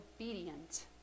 obedient